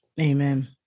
Amen